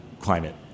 climate